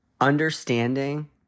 Understanding